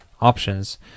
options